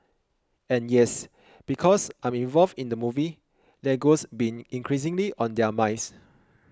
and yes because I'm involved in the movie Lego's been increasingly on their minds